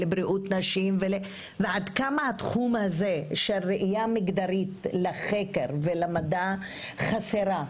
לבריאות נשים ועד כמה התחום הזה של ראייה מגדרית לחקר ולמדע חסר.